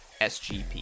SGP